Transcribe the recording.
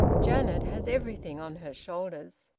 janet has everything on her shoulders.